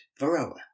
Varroa